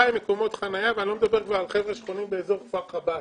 יש שם 2,000 מקומות חניה ואני לא מדבר על חבר'ה שחונים באזור כפר חב"ד.